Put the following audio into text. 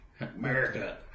America